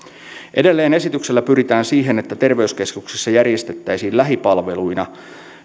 edelleen esityksellä pyritään siihen että terveyskeskuksissa järjestettäisiin lähipalveluina